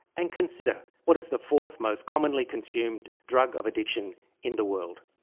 and consider what is the fourth most commonly consumed drug of addiction in the world?